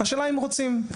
השאלה אם רוצים.